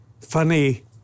funny